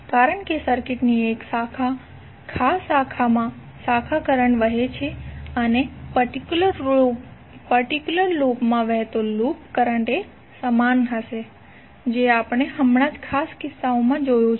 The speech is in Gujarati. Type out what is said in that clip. કારણ કે સર્કિટની એક ખાસ શાખામાં શાખા કરંટ વહે છે અને પર્ટિક્યુલર લૂપ માં વહેતો લૂપ કરંટ એ સમાન હશે જે આપણે હમણાં જ ખાસ કિસ્સામાં જોયું છે